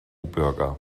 bürger